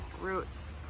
roots